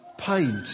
Paid